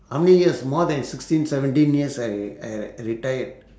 how many years more than sixteen seventeen years I I re~ I retired